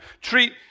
treat